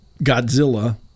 Godzilla